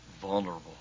vulnerable